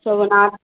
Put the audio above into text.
سو Banarasi